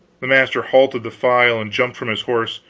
the master halted the file and jumped from his horse.